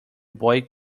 boy